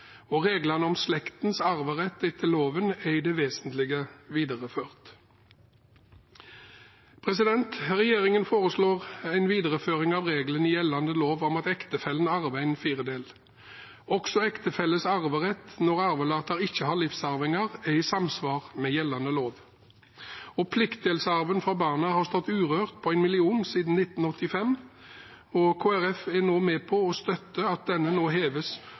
Reglene om slektens arverett etter loven er i det vesentlige videreført. Regjeringen foreslår en videreføring av regelen i gjeldende lov om at ektefellen arver en firedel. Også ektefelles arverett når arvelater ikke har livsarvinger, er i samsvar med gjeldende lov. Pliktdelsarven for barna har stått urørt på 1 mill. kr siden 1985. Kristelig Folkeparti er nå med på å støtte at denne nå heves